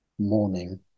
morning